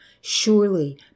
Surely